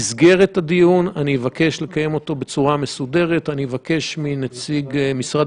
נתחיל עם נציגת משרד